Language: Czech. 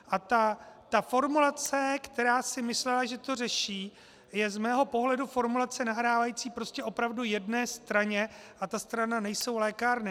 A formulace, která si myslela, že to řeší, je z mého pohledu formulace nahrávající prostě opravdu jedné straně a ta strana nejsou lékárny.